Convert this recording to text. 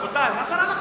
רבותי, מה קרה לכם?